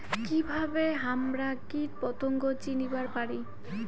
কিভাবে হামরা কীটপতঙ্গ চিনিবার পারি?